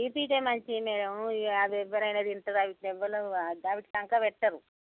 BPT మంచివి madam ఇక అవి ఎవరు అయిన తింటారు దానికి ఎవరు దానికి వంక పెట్టరు